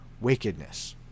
wickedness